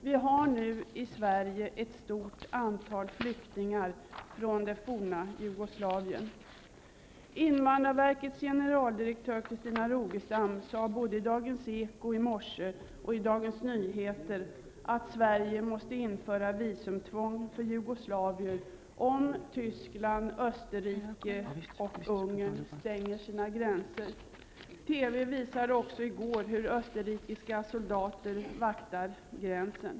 Vi har i Sverige ett stort antal flyktingar från det forna Jugoslavien. Invandrarverkets generaldirektör Christina Rogestam sade både i Tyskland, Österrike och Ungern stänger sina gränser. TV visade i går också hur österrikiska soldater vaktar gränsen.